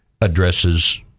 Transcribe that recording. addresses